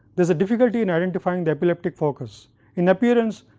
there is a difficulty in identifying the epileptic focus in appearance,